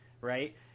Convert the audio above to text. right